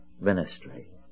ministry